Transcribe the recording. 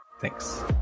Thanks